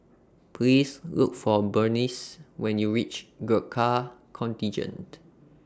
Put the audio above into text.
Please Look For Berneice when YOU REACH Gurkha Contingent